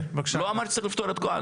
לא אמרתי שצריך לפתור הכל.